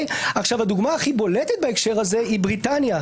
הדוגמה הכי בולטת בהקשר הזה היא בריטניה,